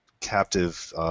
captive